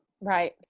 Right